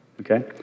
okay